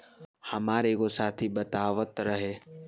हामार एगो साथी बतावत रहे